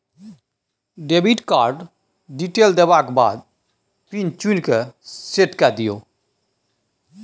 debit card detail देबाक बाद pin चुनि कए सेट कए दियौ